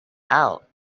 out